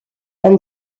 and